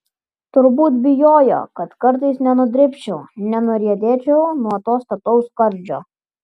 turbūt bijojo kad kartais nenudribčiau nenuriedėčiau nuo to stataus skardžio